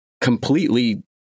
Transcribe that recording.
completely